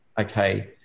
okay